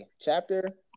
chapter